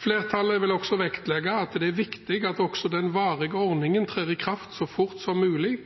Flertallet vil også vektlegge at det er viktig at også den varige ordningen trer i kraft så fort som mulig,